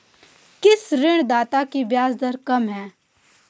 किस ऋणदाता की ब्याज दर कम है?